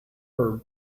her